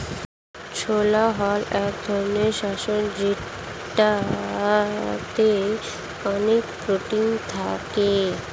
ছোলা হল এক ধরনের শস্য যেটাতে অনেক প্রোটিন থাকে